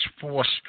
forced